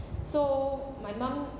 so my mum